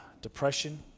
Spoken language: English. depression